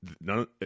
none